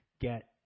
get